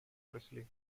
presley